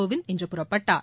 கோவிந்த் இன்று புறப்பட்டார்